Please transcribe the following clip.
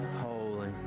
holy